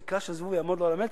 הוא חיכה שהזבוב יעמוד לו על המצח,